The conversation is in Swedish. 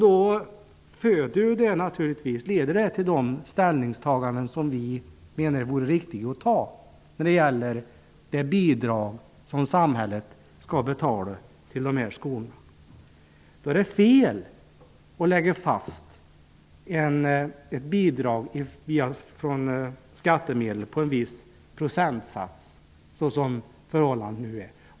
Det leder naturligtvis fram till de ställningstaganden som vi menar vore riktiga när det gäller de bidrag som samhället skall ge dessa skolor. Det är fel att lägga fast ett bidrag av skattemedel på en viss procentsats som förhållandena nu är.